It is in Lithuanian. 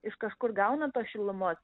iš kažkur gauna tos šilumos